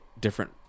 different